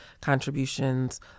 contributions